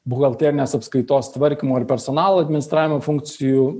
buhalterinės apskaitos tvarkymo ir personalo administravimo funkcijų